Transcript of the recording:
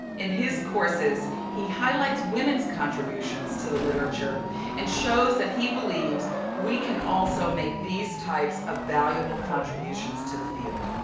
in his courses, he highlights women's contributions to the literature and shows he believes we can also make these types of valuable contributions to the field.